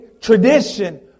tradition